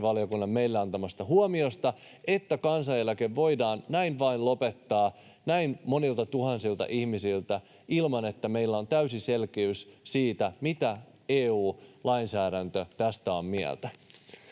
perustuslakivaliokunnan meille antamasta huomiosta, että kansaneläke voidaan näin vain lopettaa näin monilta tuhansilta ihmisiltä ilman, että meillä on täysi selkeys siitä, mitä EU-lainsäädäntö tästä on mieltä.